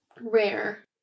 rare